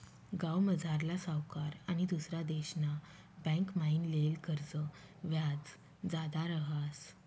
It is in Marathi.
गावमझारला सावकार आनी दुसरा देशना बँकमाईन लेयेल कर्जनं व्याज जादा रहास